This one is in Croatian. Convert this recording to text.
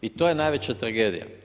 I to je najveća tragedija.